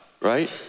right